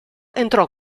entrò